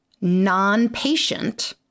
non-patient